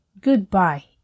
goodbye